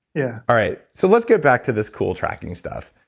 yeah all right, so let's get back to this cool tracking stuff.